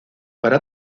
para